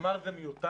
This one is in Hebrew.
הוא אמר שזה מיותר,